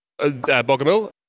Bogomil